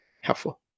helpful